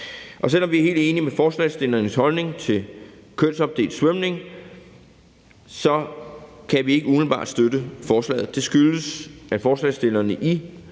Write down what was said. Selv om vi er helt enige med forslagsstillernes holdning til kønsopdelt svømning, kan vi ikke umiddelbart støtte forslaget. Det skyldes, at forslagsstillerne i